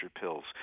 pills